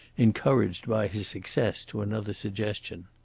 encouraged by his success to another suggestion.